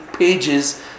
pages